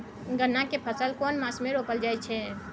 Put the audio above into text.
गन्ना के फसल केना मास मे रोपल जायत छै?